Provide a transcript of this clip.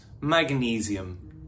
magnesium